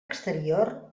exterior